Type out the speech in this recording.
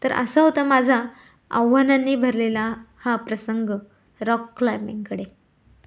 तर असा होता माझा आव्हानांनी भरलेला हा प्रसंग रॉक क्लाइम्बिंगकडे